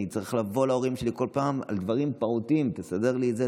אני צריך לבוא להורים שלי כל פעם על דברים פעוטים: תסדר לי את זה,